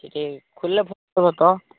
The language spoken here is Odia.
ଟିକେ ଖୋଲିଲେ ଭଲ ହେବ ତ